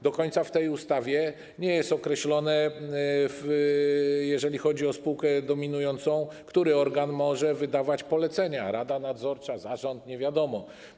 Do końca w tej ustawie nie jest określone, jeżeli chodzi o spółkę dominującą, który organ może wydawać polecenia - rada nadzorcza, zarząd, nie wiadomo.